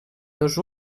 dos